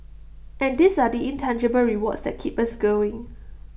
and these are the intangible rewards that keep us going